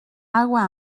agua